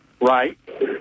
Right